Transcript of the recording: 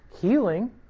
Healing